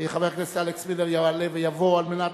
חבר הכנסת אלכס מילר יעלה ויבוא על מנת